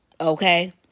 okay